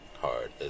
hard